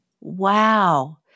Wow